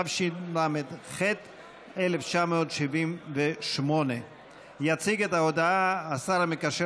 התשל"ח 1978. יציג את ההודעה השר המקשר